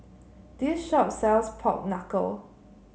this shop sells Pork Knuckle